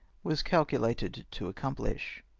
was calculated to accomphsh.